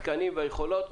התקנים והיכולות.